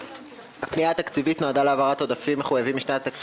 הפנייה התקציבית נועדה להעברת עודפים מחויבים משנת התקציב